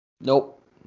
Nope